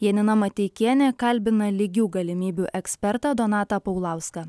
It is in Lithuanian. janina mateikienė kalbina lygių galimybių ekspertą donatą paulauską